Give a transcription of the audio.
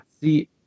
see –